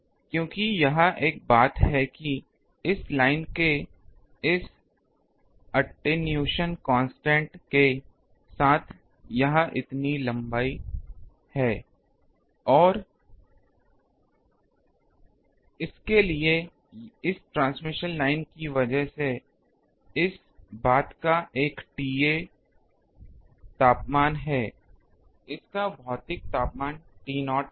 क्योंकि यह एक बात है कि इस लाइन के इस अट्ठेनुअशन कांस्टेंट के साथ यह लंबाई इतनी लंबी है और यह इस के लिए है इस ट्रांसमिशन लाइन की वजह से है इस बात का एक TA तापमान है इस का भौतिक तापमान T0 है